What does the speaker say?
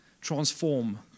transform